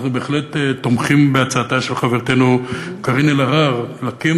אנחנו בהחלט תומכים בהצעתה של חברתנו קארין אלהרר להקים